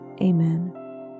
Amen